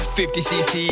50cc